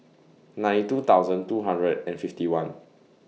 ninety two thousand two hundred and fifty one